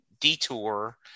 detour